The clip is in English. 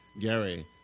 Gary